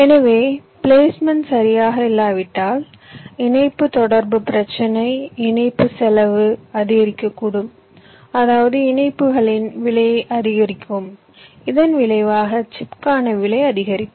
எனவே பிளேஸ்மென்ட் சரியாக இல்லாவிட்டால் இணைப்பு தொடர்பு பிரச்சினை இணைப்பு செலவு அதிகரிக்கக்கூடும் அதாவது இணைப்புகளின் விலையை அதிகரிக்கும் இதன் விளைவாக சிப்க்கான விலை அதிகரிக்கும்